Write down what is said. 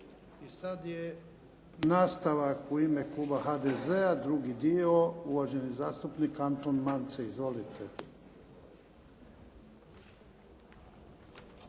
I sad je nastavak u ime kluba HDZ-a drugi dio, uvaženi zastupnik Anton Mance. Izvolite.